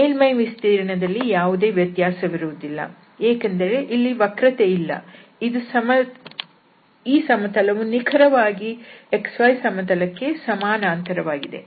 ಮೇಲ್ಮೈ ವಿಸ್ತೀರ್ಣದಲ್ಲಿ ಯಾವುದೇ ವ್ಯತ್ಯಾಸವಿರುವುದಿಲ್ಲ ಏಕೆಂದರೆ ಇಲ್ಲಿ ವಕ್ರತೆ ಇಲ್ಲ ಈ ಸಮತಲವು ನಿಖರವಾಗಿ xy ಸಮತಲಕ್ಕೆ ಸಮಾನಾಂತರವಾಗಿದೆ